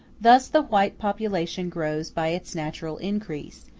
thus the white population grows by its natural increase,